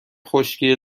خشکی